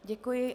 Děkuji.